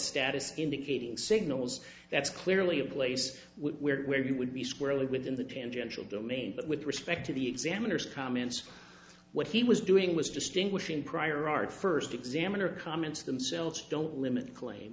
status indicating signals that's clearly a place where where you would be squarely within the tangential domain but with respect to the examiner's comments what he was doing was distinguishing prior art first examiner comments themselves don't limit the claim